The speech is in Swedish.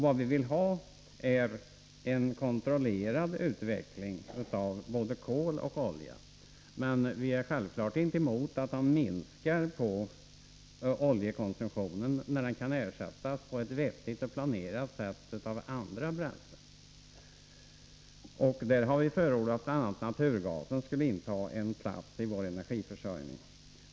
Vad vi vill ha är en planerad utveckling när det gäller både kol och olja. Men vi är självfallet inte emot att man minskar på oljekonsumtionen när den kan ersättas på ett vettigt och planerat sätt av andra bränslen. Därvidlag har vi förordat att bl.a. naturgasen skall inta en plats i vår energiförsörjning.